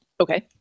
Okay